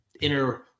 inner